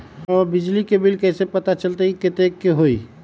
हमर बिजली के बिल कैसे पता चलतै की कतेइक के होई?